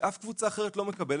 שאף קבוצה אחרת לא מקבלת,